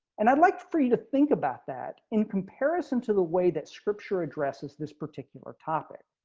and i'd like for you to think about that in comparison to the way that scripture addresses this particular topic.